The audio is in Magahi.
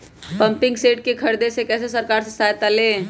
पम्पिंग सेट के ख़रीदे मे कैसे सरकार से सहायता ले?